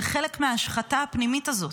זה חלק מההשחתה הפנימית הזאת.